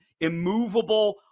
immovable